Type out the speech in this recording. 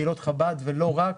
קהילות חב"ד ולא רק.